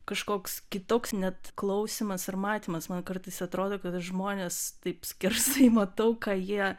kažkoks kitoks net klausymas ir matymas man kartais atrodo kad aš žmones taip skersai matau ką jie